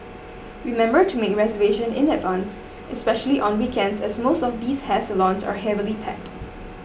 remember to make reservation in advance especially on weekends as most of these hair salons are heavily packed